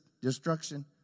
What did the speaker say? destruction